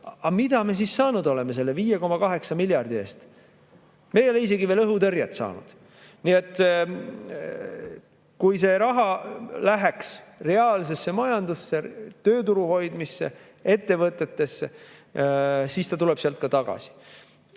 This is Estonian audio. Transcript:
Aga mida me saanud oleme selle 5,8 miljardi eest? Me ei ole isegi veel õhutõrjet saanud. Kui see raha läheks reaalsesse majandusse, tööturu hoidmisse, ettevõtetesse, siis ta tuleks sealt ka tagasi.